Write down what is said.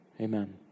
Amen